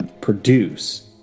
produce